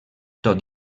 tot